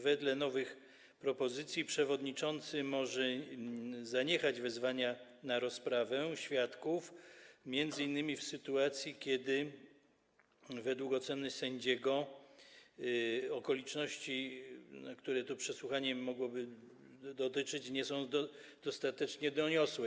Wedle nowych propozycji przewodniczący może zaniechać wezwania na rozprawę świadków m.in. w sytuacji, kiedy według oceny sędziego okoliczności, których to przesłuchanie mogłoby dotyczyć, nie są dostatecznie doniosłe.